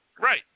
Right